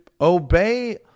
obey